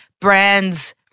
brands